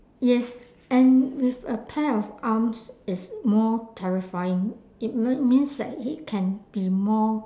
yes and with a pair of arms is more terrifying it m~ means that he can be more